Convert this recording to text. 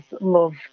love